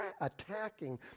attacking